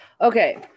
Okay